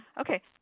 Okay